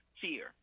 Fear